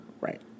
Right